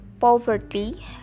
poverty